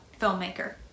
filmmaker